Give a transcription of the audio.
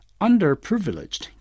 underprivileged